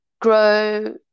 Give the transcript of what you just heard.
grow